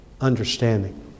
understanding